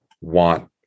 want